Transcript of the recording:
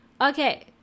okay